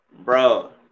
bro